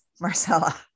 marcella